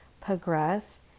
progress